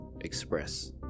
express